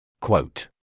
Quote